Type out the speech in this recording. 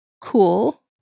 Cool